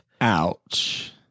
Ouch